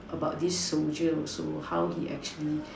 about this soldier also how he actually